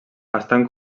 estan